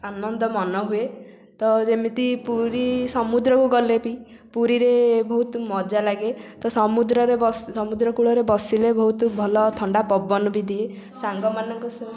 ଆନନ୍ଦ ମନ ହୁଏ ତ ଯେମିତି ପୁରୀ ସମୁଦ୍ରକୁ ଗଲେ ବି ପୁରୀରେ ବହୁତ ମଜା ଲାଗେ ତ ସମୁଦ୍ରରେ ବସି ସମୁଦ୍ର କୂଳରେ ବସିଲେ ବହୁତ ଭଲ ଥଣ୍ଡା ପବନ ବି ଦିଏ ସାଙ୍ଗମାନଙ୍କ ସହ